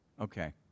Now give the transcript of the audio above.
Okay